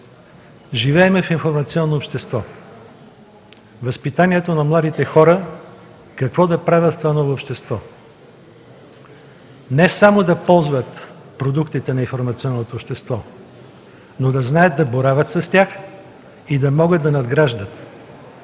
Живеем в информационно общество, възпитанието на младите хора какво да правят в това ново общество – не само да ползват продуктите на информационното общество, но да знаят да боравят с тях и да могат да надграждат.